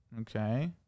okay